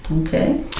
Okay